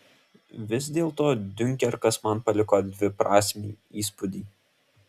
vis dėlto diunkerkas man paliko dviprasmį įspūdį